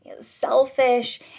selfish